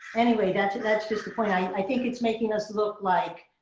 anyway, that's that's just the point. i and i think it's making us look like